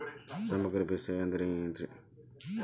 ಸಮಗ್ರ ಬೇಸಾಯ ಅಂದ್ರ ಏನ್ ರೇ?